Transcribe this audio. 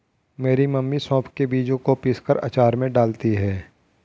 मेरी मम्मी सौंफ के बीजों को पीसकर अचार में डालती हैं